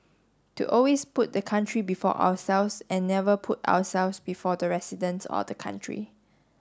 to always put the country before ourselves and never put ourselves before the residents or the country